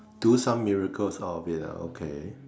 do some miracles out of it ah okay